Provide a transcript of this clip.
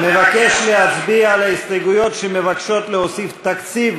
מבקש להצביע על ההסתייגויות שמבקשות להוסיף תקציב